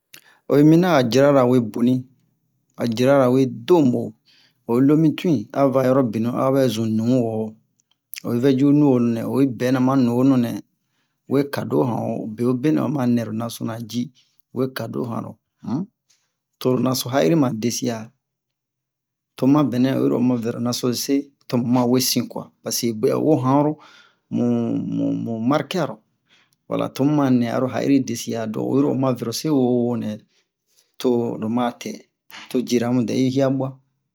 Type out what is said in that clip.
O yi minian a o yirala we boni a o yirala we donbo'o o yi lo mi tun a va yɔrɔ binu a o bɛ zun nu wo o yi vɛ yu nuhonu nɛ o a yi bɛna ma nuhonu nɛ we kado han ho bewo bena nɛ o ma nɛro nasona ji we cado hanro um toro naso ha'iri ma desi a to mabɛnɛ o yiro o ma vɛ lo naso se to mu ma wesin kuwa paseke buɛ o wo hanro mu-mu-marke aro wala to mu manɛ aro ha'iri desi a donc o yiro o ma vɛ lose wowowo nɛ toro matɛ to jiramu dɛ'i hiabua